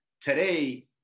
today